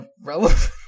relevant